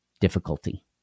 difficulty